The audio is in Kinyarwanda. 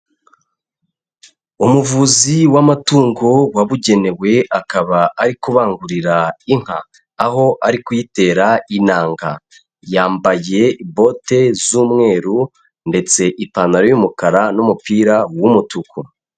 Umuvuzi w'amatungo wabugenewe akaba ari kubangurira inka, aho ari kuyitera intanga yambaye bote z'umweru ndetse ipantaro y'umukara n'umupira w'umutuku.